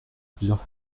plusieurs